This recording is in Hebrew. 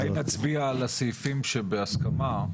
אולי נצביע על הסעיפים שבהסכמה,